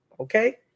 Okay